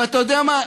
ואתה יודע מה?